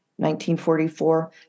1944